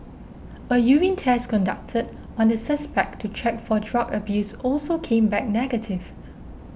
a urine test conducted on the suspect to check for drug abuse also came back negative